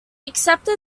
accepted